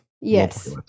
Yes